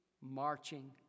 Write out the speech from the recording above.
marching